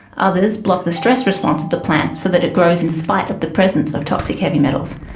others block the stress response of the plant so that it grows in spite of the presence of toxic heavy metals,